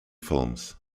films